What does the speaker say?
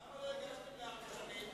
למה לא הגשתם לארבע שנים?